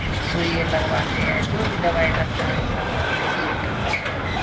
फिर सुइयाँ लगवाते हैं जो भी दवाई लगता है सब दवाई उसको डालते हैं